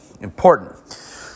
important